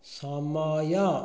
ସମୟ